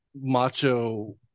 macho